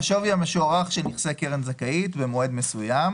"השווי המשוערך של נכסי קרן זכאית" במועד מסוים